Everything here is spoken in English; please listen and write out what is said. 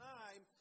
time